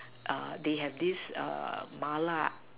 they have this Mala